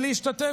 להשתתף.